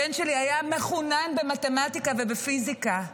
הבן שלי היה מחונן במתמטיקה ובפיזיקה.